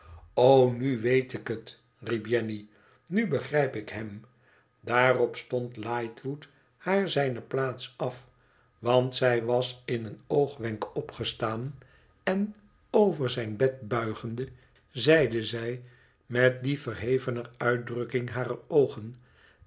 nu weet ik het riep jenny nu begrijp ik hem daarop stond lightwood haar zijne plaats a want zij was in een oogwenk opgestaan en over zijn bed buigende zeide zij met die verhevener uitdrukking harer ooen